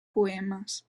poemes